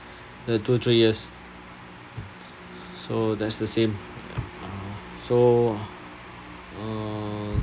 uh two three years so that's the same so uh